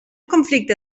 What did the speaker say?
conflicte